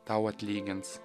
tau atlygins